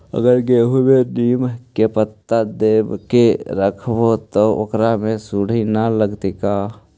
अगर गेहूं में नीम के पता देके यखबै त ओकरा में सुढि न लगतै का?